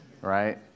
Right